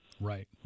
Right